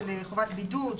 של אי-שמירת חובת בידוד,